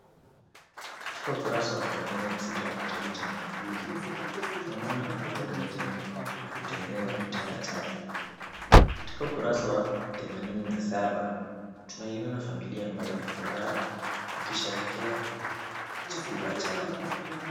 Katika ukurasa wa themanini na sita wa kitabu cha mwanafunzi, tunamwona mtoto mmoja akitengeneza kitanda chake. Katika ukurasa wa themanini na saba tunaiona familia ambayo ina furaha ikisherehekea chakula chao.